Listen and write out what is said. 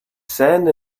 sand